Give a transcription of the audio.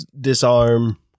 disarm